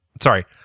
sorry